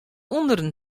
ûnderen